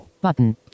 Button